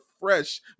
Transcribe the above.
fresh